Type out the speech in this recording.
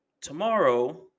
tomorrow